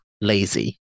lazy